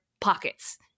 pockets